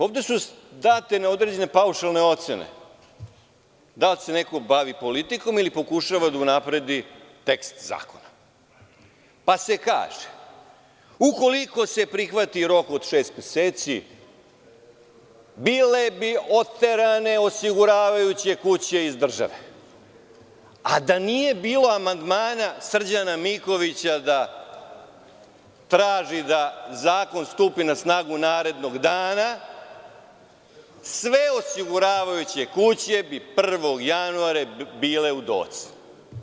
Ovde su date određene paušalne ocene, da li se neko bavi politikom ili pokušava da unapredi tekst zakona, pa se kaže – ukoliko se prihvati rok od šest meseci bile bi oterane osiguravajuće kuće iz države, a da nije bilo amandmana Srđana Mikovića da traži da zakon stupi na snagu narednog dana, sve osiguravajuće kuće bi 1. januara bile u docni.